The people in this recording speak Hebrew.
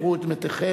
קחו את מתיכם,